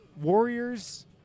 Warriors